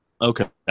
Okay